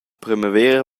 primavera